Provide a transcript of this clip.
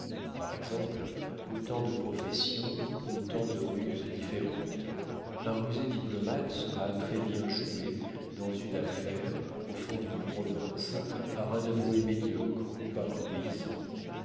par exemple autant de professions autant de ruses différentes un rusé diplomate sera très-bien joué dans une affaire au fond d'une province par un avoué médiocre ou par un paysan